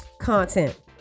content